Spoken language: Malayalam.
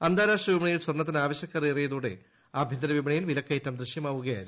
അന്താരാഷ്ട്ര വിപണിയിൽ സ്വർണത്തിന് ആവശ്യക്കാർ ഏറിയതോടെ ആഭ്യന്തര വിപണിയിൽ വിലക്കയറ്റം ദൃശ്യമാവുകയായിരുന്നു